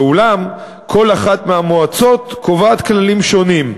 אולם כל אחת מהמועצות קובעת כללים שונים,